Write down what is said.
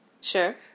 sure